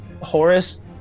Horace